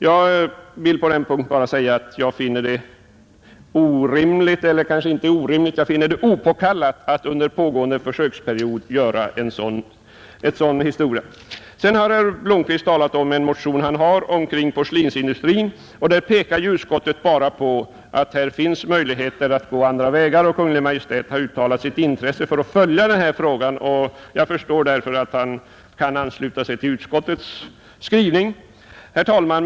Jag vill på den punkten bara säga att jag finner det opåkallat att under pågående försöksperiod höja anslaget på detta sätt. Herr Blomkvist talade om en motion han väckt om porslinsindustrin. Utskottet pekar bara på att här finns möjligheter att gå andra vägar, och Kungl. Maj:t har uttalat sitt intresse för att följa denna fråga. Jag förstår därför att herr Blomkvist kan ansluta sig till utskottets skrivning. Herr talman!